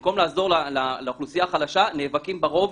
במקום לעזור לאוכלוסייה החלשה, נאבקים ברוב,